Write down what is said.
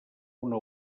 una